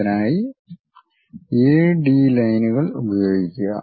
അതിനായി A D ലൈനുകൾ ഉപയോഗിക്കുക